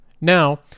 Now